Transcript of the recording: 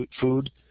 food